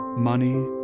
money,